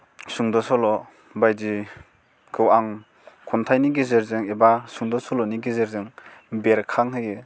सुंद' सल' बायदिखौ आं खन्थाइनि गेजेरजों एबा सुंद' सल'नि गेजेरजों बेरखांहोयो